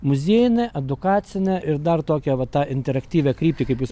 muziejinę edukacinę ir dar tokią vat tą interaktyvią kryptį kaip jūs